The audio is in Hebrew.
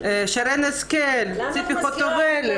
שרן השכל, ציפי חוטובלי.